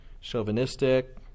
chauvinistic